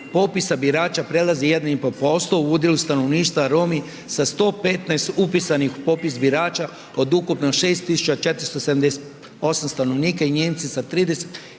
popisa birača prelazi 1,5% u udjelu stanovništva, Romi sa 115 upisanih u popis birača od ukupno 6478 stanovnika i Nijemci sa 35